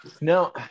No